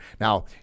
Now